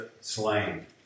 slain